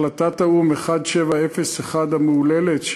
והחלטת האו"ם 1701 המהוללת,